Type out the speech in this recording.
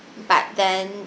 but then